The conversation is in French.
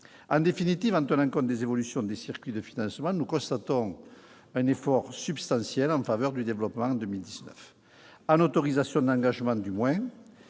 En définitive, en tenant compte de ces évolutions des circuits de financements, nous constatons un effort substantiel en faveur du développement en 2019, en autorisations d'engagement du moins.